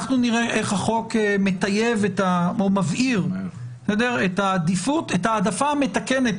אנחנו נראה את החוק מבהיר את ההעדפה המתקנת,